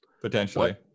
Potentially